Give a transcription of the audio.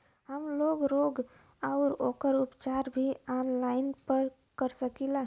हमलोग रोग अउर ओकर उपचार भी ऑनलाइन पा सकीला?